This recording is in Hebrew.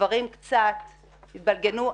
דברים קצת התבלגנו.